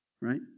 Right